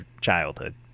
childhood